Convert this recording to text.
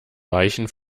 weichen